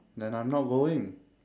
then I'm not going